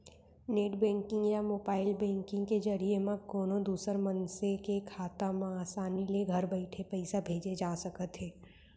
net banking या mobile banking के जरिए म कोनों दूसर मनसे के खाता म आसानी ले घर बइठे पइसा भेजे जा सकत हे